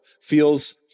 feels